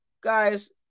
guys